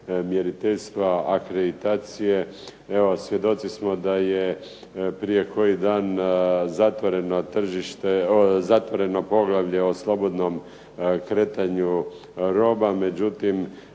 mjeriteljstva, akreditacije. Evo svjedoci smo da je prije koji dan zatvoreno poglavlje o slobodnom kretanju roba, međutim,